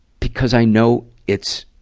because i know it's,